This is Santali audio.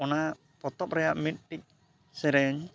ᱚᱱᱟ ᱯᱚᱛᱚᱵ ᱨᱮᱭᱟᱜ ᱢᱤᱫᱴᱤᱡ ᱥᱮᱨᱮᱧ